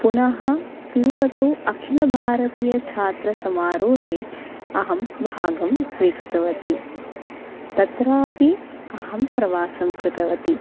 पुनः तिरुपतौ अखिलभारतीयछात्रसमारोहे अहं भागं स्वीकृतवती तत्रापि अहं प्रवासं कृतवती